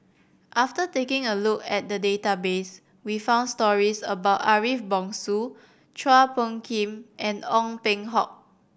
after taking a look at the database we found stories about Ariff Bongso Chua Phung Kim and Ong Ting Hock